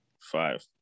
Five